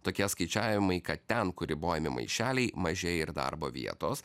tokie skaičiavimai kad ten kur ribojami maišeliai mažėja ir darbo vietos